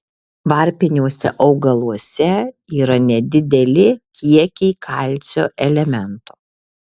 varpiniuose augaluose yra nedideli kiekiai kalcio elemento